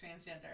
transgender